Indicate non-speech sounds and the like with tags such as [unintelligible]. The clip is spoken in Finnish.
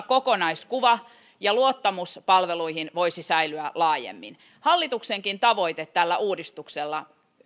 [unintelligible] kokonaiskuva ja luottamus palveluihin voisi säilyä laajemmin hallituksenkin tavoite tällä uudistuksella